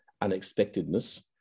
unexpectedness